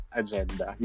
agenda